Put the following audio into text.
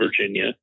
Virginia